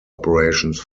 operations